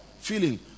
feeling